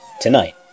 Tonight